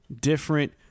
different